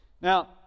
now